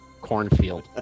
cornfield